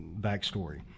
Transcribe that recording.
backstory